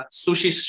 sushi